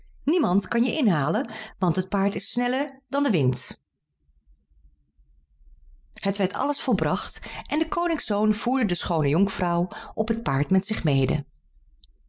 niemand kan je inhalen want het paard is sneller dan de wind het werd alles volbracht en de koningszoon voerde de schoone jonkvrouw op het gouden paard met zich mede